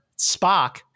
Spock